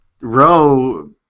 row